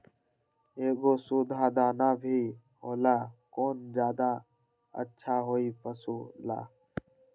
एगो सुधा दाना भी होला कौन ज्यादा अच्छा होई पशु ला?